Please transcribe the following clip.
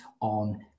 on